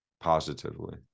positively